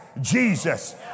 Jesus